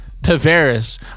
Tavares